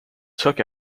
took